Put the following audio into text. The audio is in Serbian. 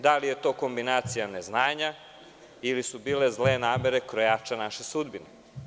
Da li je to kombinacija ne znanja ili su bile zle namere krojača naše sudbine?